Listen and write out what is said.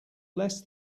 less